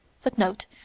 Footnote